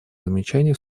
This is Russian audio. замечаний